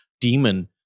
demon